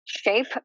shape